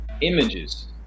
images